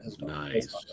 Nice